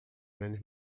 menos